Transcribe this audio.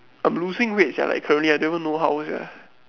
I'm losing weight sia like currently I don't even know how sia